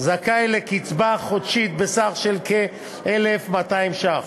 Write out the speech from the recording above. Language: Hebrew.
זכאי לקצבה חודשית בסך כ-1,200 ש"ח.